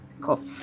cool